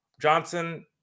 Johnson